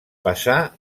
passà